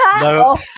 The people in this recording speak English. No